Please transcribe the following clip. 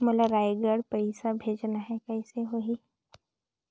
मोला रायगढ़ पइसा भेजना हैं, कइसे होही?